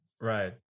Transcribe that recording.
right